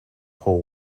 whole